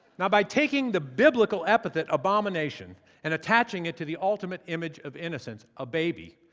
now by taking the biblical epithet abomination and attaching it to the ultimate image of innocence, a baby,